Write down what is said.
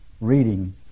reading